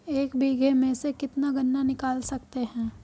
एक बीघे में से कितना गन्ना निकाल सकते हैं?